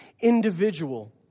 individual